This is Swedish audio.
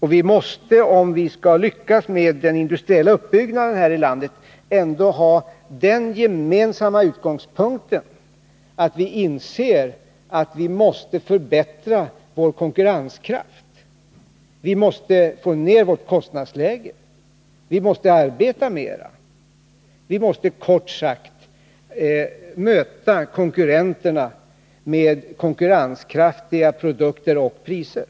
För att vi skall lyckas med den industriella uppbyggnaden krävs den gemensamma utgångspunkten att vi inser att vi måste förbättra vår konkurrenskraft, att vi måste få ner vårt kostnadsläge, att vi måste arbeta mera. Vi måste, kort sagt, möta konkurrenterna med konkurrenskraftiga produkter och priser.